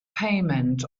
payment